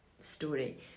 story